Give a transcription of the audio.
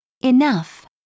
Enough